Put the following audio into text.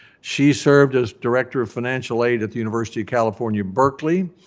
she served as director of financial aid at the university of california, berkeley.